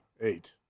eight